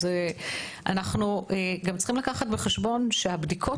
אנחנו צריכים גם לקחת בחשבון שהבדיקות